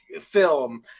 film